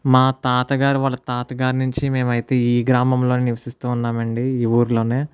మా తాతగారు వాళ్ళ తాతగారు నుంచి మేము అయితే ఈ గ్రామంలోనే నివసిస్తూ ఉన్నాం అండి ఈ ఊరులోనే